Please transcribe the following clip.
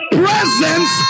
presence